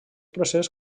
procés